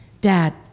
Dad